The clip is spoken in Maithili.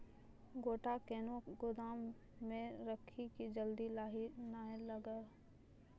गोटा कैनो गोदाम मे रखी की जल्दी लाही नए लगा?